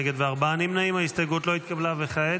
וכעת?